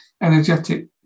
energetic